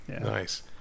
Nice